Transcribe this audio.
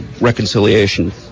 reconciliation